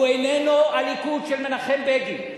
הוא איננו הליכוד של מנחם בגין,